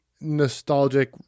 nostalgic